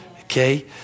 okay